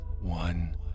One